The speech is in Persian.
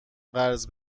قرض